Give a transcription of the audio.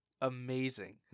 amazing